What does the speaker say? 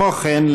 כמו כן,